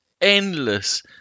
endless